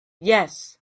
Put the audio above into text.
yes